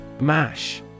Mash